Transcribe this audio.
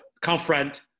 confront